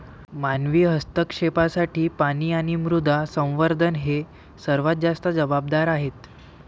मानवी हस्तक्षेपासाठी पाणी आणि मृदा संवर्धन हे सर्वात जास्त जबाबदार आहेत